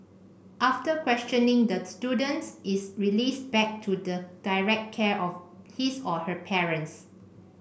after questioning the student is released back to the direct care of his or her parents